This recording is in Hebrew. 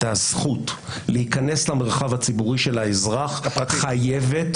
הזכות להיכנס למרחב הפרטי של האזרח חייבת